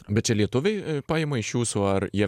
bet čia lietuviai paima iš jūsų ar jie